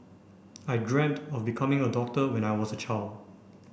I dreamt of becoming a doctor when I was a child